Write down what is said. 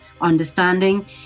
understanding